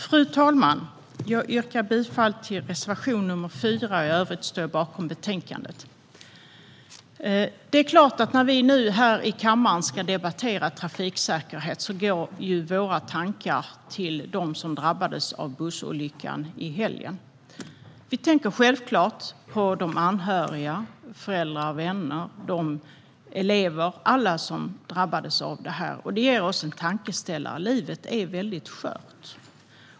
Fru talman! Jag yrkar bifall till reservation nr 4, och i övrigt står jag bakom utskottets förslag i betänkandet. Det är klart att när vi nu här i kammaren ska debattera trafiksäkerhet går våra tankar till dem som drabbades av bussolyckan i helgen. Vi tänker självklart på de anhöriga, föräldrar, vänner, elever och alla som drabbades. Det ger oss en tankeställare: Livet är skört.